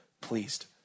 pleased